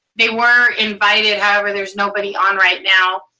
they were invited, however, there's nobody on right now.